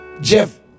Jeff